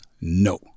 no